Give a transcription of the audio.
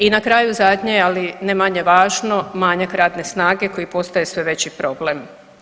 I na kraju zadnje, ali ne manje važno manjak radne snage koji postaje sve veći problem.